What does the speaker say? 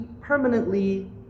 permanently